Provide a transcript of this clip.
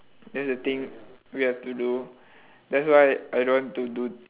that's the thing we have to do that's why I don't want to do